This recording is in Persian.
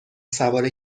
سوار